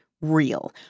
real